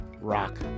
rock